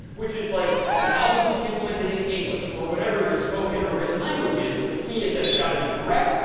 which is like an algorithm implemented in english, or whatever your spoken or written language is. but the key is that it's got to be correct,